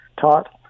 taught